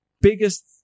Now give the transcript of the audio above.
biggest